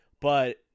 but-